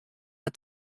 har